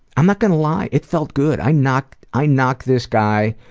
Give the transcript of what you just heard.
i'm not gonna lie. it felt good. i knocked i knocked this guy